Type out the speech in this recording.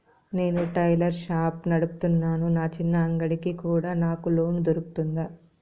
నేను tailor shop నడుపుతున్నాను, నా చిన్న అంగడి కి కూడా నాకు లోను దొరుకుతుందా?